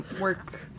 work